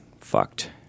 fucked